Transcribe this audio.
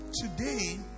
Today